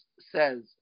says